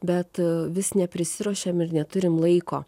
bet vis neprisiruošiam ir neturim laiko